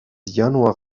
januar